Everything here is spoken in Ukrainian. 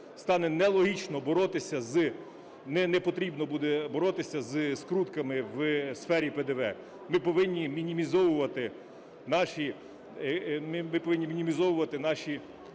потрібно буде боротися зі скрутками в сфері ПДВ. Ми повинні мінімізовувати наші